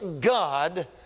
God